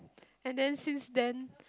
and then since then